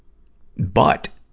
but,